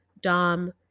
Dom